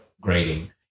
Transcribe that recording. Grading